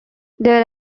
there